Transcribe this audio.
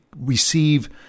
receive